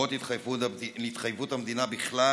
למרות התחייבות המדינה בכלל